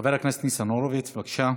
חבר הכנסת ניצן הורוביץ, בבקשה,